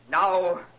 Now